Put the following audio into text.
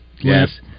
Yes